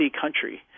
country